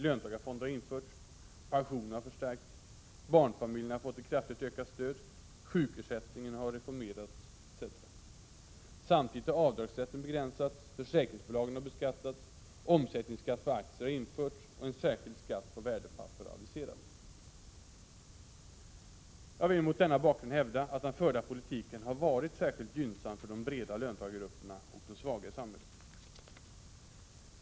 Löntagarfonder har införts, pensionerna har förstärkts, barnfamiljerna har fått ett kraftigt ökat stöd, sjukersättningen har reformerats, etc. Samtidigt har avdragsrätten begränsats, försäkringsbolagen har beskattats, omsättningsskatt på aktier har införts, och en särskild skatt på värdepapper har aviserats. Jag vill mot denna bakgrund hävda att den förda politiken har varit särskilt gynnsam för de breda löntagargrupperna och de svaga i samhället.